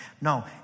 No